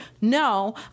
no